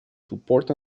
support